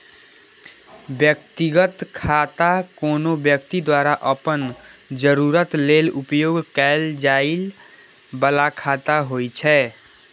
व्यक्तिगत खाता कोनो व्यक्ति द्वारा अपन जरूरत लेल उपयोग कैल जाइ बला खाता होइ छै